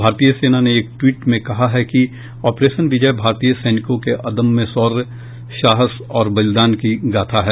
भारतीय सेना ने एक ट्वीट में कहा है कि ऑपरेशन विजय भारतीय सैनिकों के अदम्य शौर्य साहस और बलिदान की गाथा है